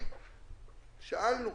שאלנו,